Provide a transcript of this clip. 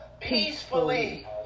peacefully